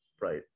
right